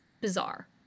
bizarre